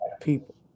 people